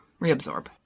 reabsorb